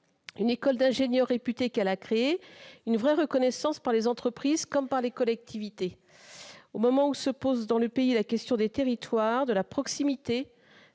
une école d'ingénieurs réputée qu'elle a créée, ce qui permet une véritable reconnaissance par les entreprises comme par les collectivités. Au moment où la question des territoires, de la proximité,